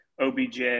OBJ